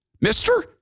mister